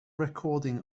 recording